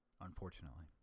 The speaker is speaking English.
unfortunately